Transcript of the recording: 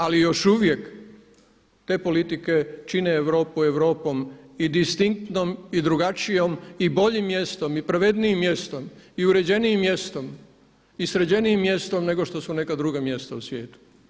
Ali još uvijek te politike čine Europu Europom i distinktnom i drugačijom i boljim mjestom i pravednijim mjestom i uređenijim mjestom i sređenijim mjestom nego što su neka druga mjesta u svijetu.